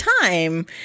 time